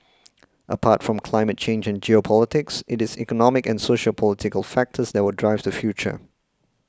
apart from climate change and geopolitics it is economic and sociopolitical factors that will drive the future